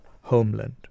homeland